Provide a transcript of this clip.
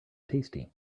tasty